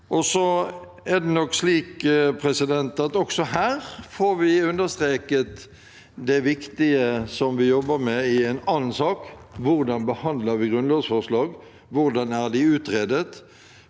Så er det slik at vi også her får understreket det viktige som vi jobber med i en annen sak: Hvordan behandler vi grunnlovsforslag? Hvordan er de utredet?